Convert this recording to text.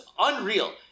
unreal